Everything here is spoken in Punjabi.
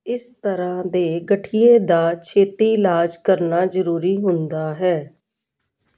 ਇਸ ਤਰ੍ਹਾਂ ਦੇ ਗਠੀਏ ਦਾ ਛੇਤੀ ਇਲਾਜ ਕਰਨਾ ਜ਼ਰੂਰੀ ਹੁੰਦਾ ਹੈ